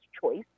choice